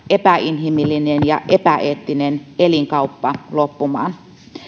epäinhimillinen ja epäeettinen elinkauppa loppumaan